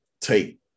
take